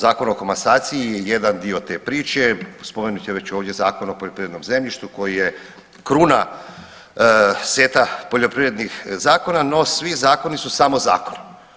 Zakon o komasaciji je jedan dio te priče, spomenut je već ovdje Zakon o poljoprivrednom zemljištu koji je kruna seta poljoprivrednih zakona, no svi zakoni su samo zakoni.